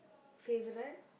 favourite